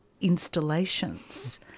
installations